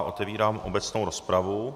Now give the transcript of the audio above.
Otevírám obecnou rozpravu.